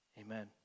Amen